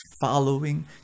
following